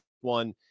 one